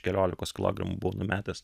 keliolikos kilogramų buvau numetęs